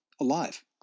alive